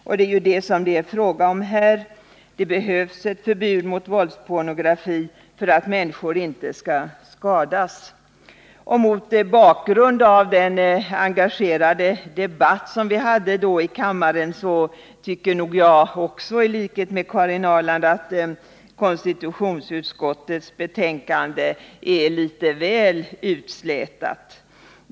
Och det är ju detta som det är fråga om här. Det behövs ett förbud mot våldspornografi för att människor inte skall skadas. Mot bakgrund av den engagerade debatt som vi då hade i kammaren tycker jagilikhet med Karin Ahrland att konstitutionsutskottets betänkande är litet väl utslätat.